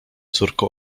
córko